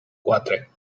quatre